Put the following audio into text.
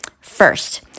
First